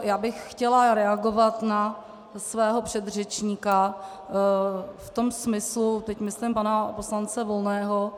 Já bych chtěla reagovat na svého předřečníka v tom smyslu teď myslím pana poslance Volného.